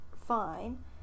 fine